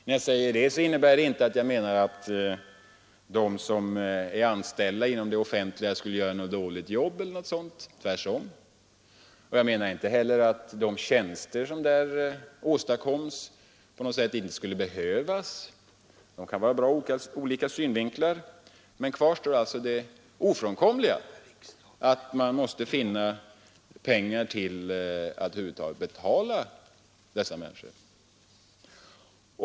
När jag säger det innebär det inte att jag menar att människor som är anställda inom det offentliga skulle göra något dåligt jobb. Tvärtom! Jag menar inte heller att de tjänster som där åstadkoms tidigare talare har sagt. På något sätt måste nämligen dessa tjänster inte skulle behövas. De kan vara bra ur olika synpunkter, men kvar står ändå det ofrånkomliga faktum att man måste finna pengar till att över huvud taget betala dessa människor.